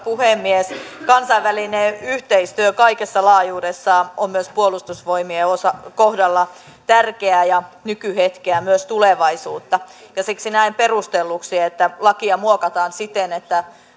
puhemies kansainvälinen yhteistyö kaikessa laajuudessaan on myös puolustusvoimien kohdalla tärkeä ja nykyhetkeä myös tulevaisuutta siksi näen perustelluksi että lakia muokataan siten että